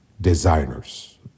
designers